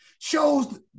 shows